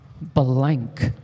blank